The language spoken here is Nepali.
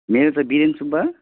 मेरो त बिरेन सुब्बा